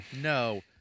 no